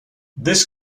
this